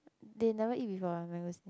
they never eat before ah mangosteen